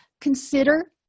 Consider